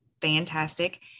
fantastic